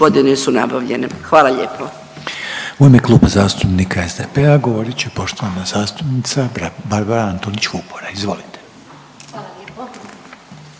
U ime Kluba zastupnika SDP-a govorit će poštovana zastupnica Barbara Antolić Vupora. Izvolite.